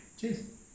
Cheers